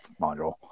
module